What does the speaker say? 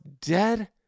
dead